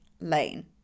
lane